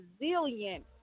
resilient